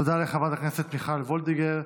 תודה לחברת הכנסת מיכל וולדיגר.